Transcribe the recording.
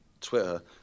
Twitter